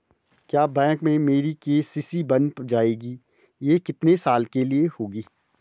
क्या बैंक में मेरी के.सी.सी बन जाएगी ये कितने साल के लिए होगी?